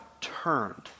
turned